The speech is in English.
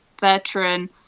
veteran